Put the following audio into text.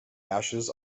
ashes